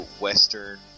Western